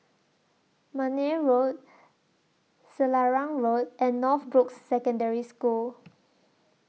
Marne Road Selarang Road and Northbrooks Secondary School